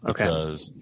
Okay